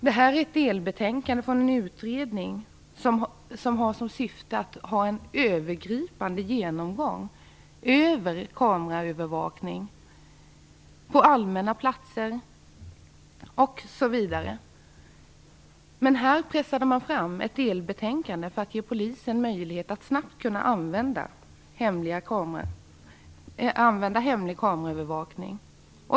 Detta är ett delbetänkande från en utredning som syftar till en genomgripande genomgång av kameraövervakning på allmänna platser osv. Men här pressades det fram ett delbetänkande för att snabbt ge Polisen möjlighet att använda hemlig kameraövervakning.